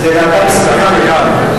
תאריך היעד.